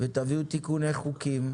תביאו תיקוני חוקים,